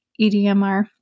EDMR